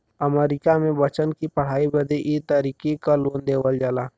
अमरीका मे बच्चन की पढ़ाई बदे ई तरीके क लोन देवल जाला